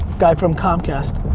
guy from comcast.